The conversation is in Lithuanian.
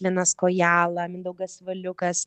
linas kojala mindaugas valiukas